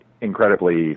incredibly